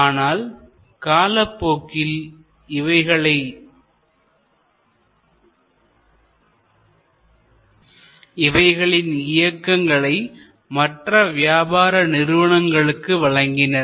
ஆனால் காலப்போக்கில் இவைகளின் இயக்கங்களை மற்ற வியாபார நிறுவனங்களுக்கு வழங்கினர்